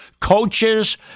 coaches